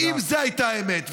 אם זו הייתה האמת,